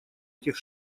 этих